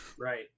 right